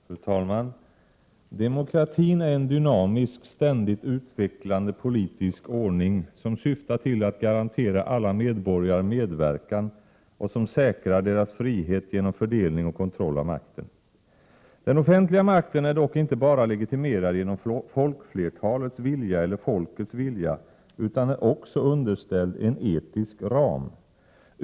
Fru talman! Demokratin är en dynamisk, ständigt utvecklande politisk ordning, som syftar till att garantera alla medborgare medverkan och som säkrar deras frihet genom fördelning och kontroll av makten. Den offentliga makten är dock inte bara legitimerad genom folkflertalets vilja eller folkets vilja, utan den är också underställd en etisk ram.